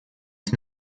ich